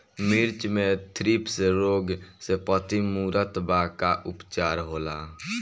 मिर्च मे थ्रिप्स रोग से पत्ती मूरत बा का उपचार होला?